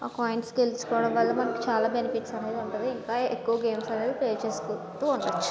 ఆ కాయిన్స్ గెలుచుకోవడం వల్ల మనకి చాలా బెనిఫిట్స్ అనేది ఉంటుంది ఇంకా ఎక్కువ గేమ్స్ అనేది ప్లే చేసుకుంటూ ఉండవచ్చు